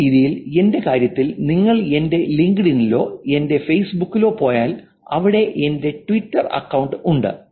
അതേ രീതിയിൽ എന്റെ കാര്യത്തിൽ നിങ്ങൾ എന്റെ ലിങ്ക്ഡ്ഇനിലോ എന്റെ ഫേസ്ബുക്കിലോ പോയാൽ അവിടെയും എന്റെ ട്വിറ്റർ അക്കൌണ്ട് ഉണ്ട്